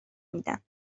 میدن